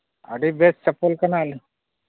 ᱟᱹᱰᱤ ᱵᱮᱥ ᱪᱟᱯᱚᱞ ᱠᱟᱱᱟ